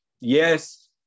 Yes